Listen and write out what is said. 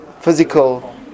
physical